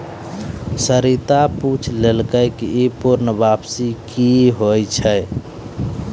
सरिता पुछलकै ई पूर्ण वापसी कि होय छै?